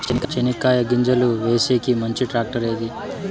చెనక్కాయ గింజలు వేసేకి మంచి టాక్టర్ ఏది?